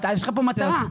יש לך פה מטרה.